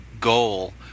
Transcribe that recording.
goal